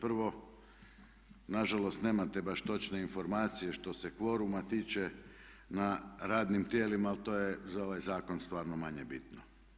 Prvo nažalost nemate baš točne informacije što se kvoruma tiče na radnim tijelima ali to je za ovaj zakon stvarno manje bitno.